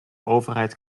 overheid